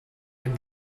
and